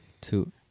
two